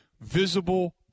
visible